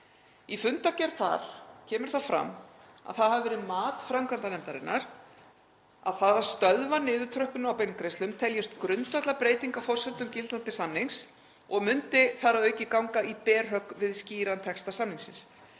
Í fundargerð þar kemur fram að það hafi verið mat framkvæmdanefndarinnar að það að stöðva niðurtröppun á beingreiðslum teljist grundvallarbreyting á forsendum gildandi samnings og myndi þar að auki ganga í berhögg við skýran texta samningsins.